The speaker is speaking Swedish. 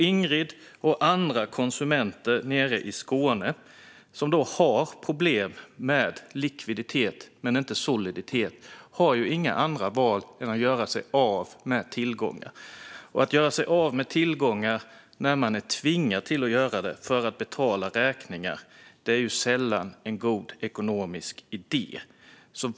Ingrid och andra konsumenter i Skåne som har problem med likviditet men inte soliditet har nu inget annat val än att göra sig av med tillgångar, men att göra sig av med tillgångar när man är tvingad till det för att betala räkningar är sällan en god ekonomisk idé.